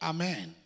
Amen